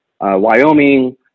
Wyoming